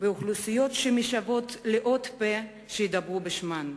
אוכלוסיות שמשוועות לעוד פה שידבר בשמן.